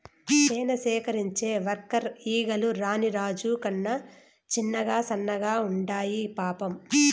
తేనె సేకరించే వర్కర్ ఈగలు రాణి రాజు కన్నా చిన్నగా సన్నగా ఉండాయి పాపం